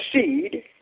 seed